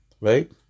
Right